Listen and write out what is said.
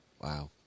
Wow